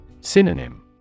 Synonym